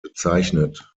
bezeichnet